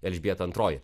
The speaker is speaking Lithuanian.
elžbieta antroji